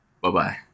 bye-bye